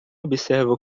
observa